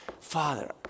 Father